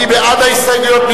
מי בעד ההסתייגויות?